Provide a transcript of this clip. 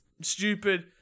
stupid